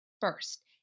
first